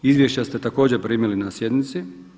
Izvješća ste također primili na sjednici.